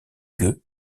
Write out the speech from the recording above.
gueux